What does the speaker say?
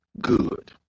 good